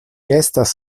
estas